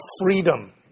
freedom